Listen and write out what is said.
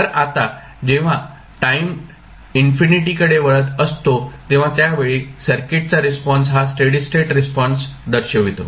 तर आता जेव्हा टाईम इन्फिनिटी कडे वळत असतो तेव्हा त्या वेळी सर्किटचा रिस्पॉन्स हा स्टेडी स्टेट रिस्पॉन्स दर्शवितो